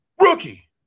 rookie